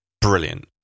brilliant